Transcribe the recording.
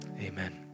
Amen